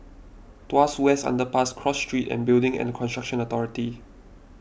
Tuas West Underpass Cross Street and Building and Construction Authority